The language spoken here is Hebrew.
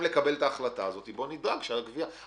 לקבל את ההחלטה הזאת בואו נדאג לעניין הגבייה.